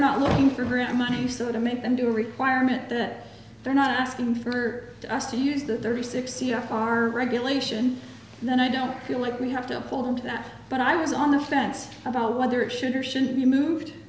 not looking for her any money so to make them do a requirement that they're not asking for us to use the thirty six c f r regulation and then i don't feel like we have to pull them to that but i was on the fence about whether it should or shouldn't be moved